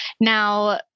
Now